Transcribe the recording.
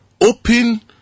open